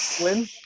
win